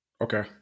Okay